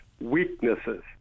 weaknesses